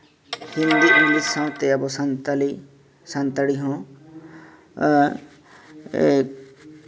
ᱥᱟᱶᱛᱮ ᱟᱵᱚ ᱥᱟᱱᱛᱟᱞᱤ ᱥᱟᱱᱛᱟᱲᱤ ᱦᱚᱸ